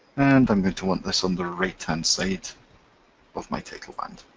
and i'm going to want this on the right-hand side of my title band.